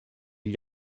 gli